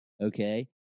okay